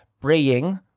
praying